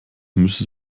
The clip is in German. müsste